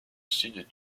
sud